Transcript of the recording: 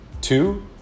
Two